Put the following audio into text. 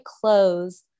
close